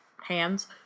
hands